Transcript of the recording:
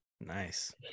nice